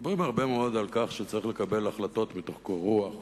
מדברים הרבה מאוד על כך שצריך לקבל החלטות מתוך קור רוח,